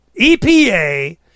EPA